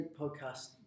podcast